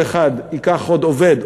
כל אחד ייקח עוד עובדת,